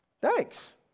thanks